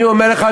אני אומר לך,